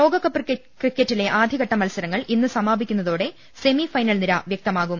ലോകകപ്പ് ക്രിക്കറ്റിലെ ആദ്യഘട്ട മത്സരങ്ങൾ ഇന്ന് സമാപി ക്കുന്നതോടെ ഉസമി ഫൈനൽ നിര വ്യക്തമാകും